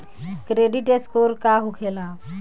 Credit score का होखेला?